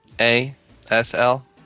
A-S-L